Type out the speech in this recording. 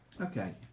Okay